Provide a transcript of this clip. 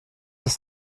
ist